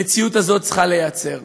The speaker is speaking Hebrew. המציאות הזאת צריכה להיעצר.